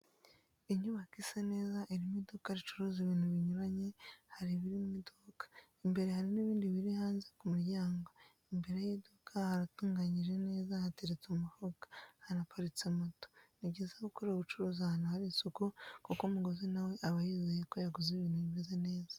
Inyubako isa neza irimo iduka ricuruza ibintu binyuranye, hari ibiri mu iduka, imbere hari n'ibindi biri hanze ku muryango, imbere y'iduka haratunganyije neza hateretse umufuka, hanaparitse moto. Ni byiza gukorera ubucuruzi ahantu hari isuku kuko umuguzi nawe aba yizeye ko yaguze ibintu bimeze neza.